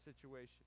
situation